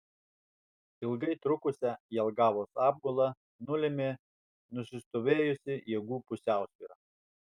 ilgai trukusią jelgavos apgulą nulėmė nusistovėjusi jėgų pusiausvyra